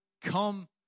come